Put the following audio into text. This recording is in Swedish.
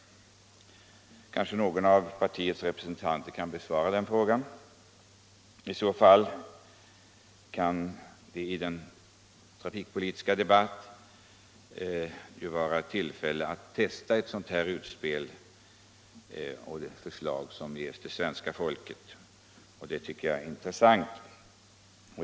Kanske någon av partiets representanter här kan besvara den frågan. I så fall kan de i en trafikpolitisk debatt nu vara i tillfälle att testa sådana utspel eller förslag för svenska folket, och det tycker jag är värdefullt.